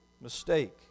mistake